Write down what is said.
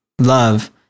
love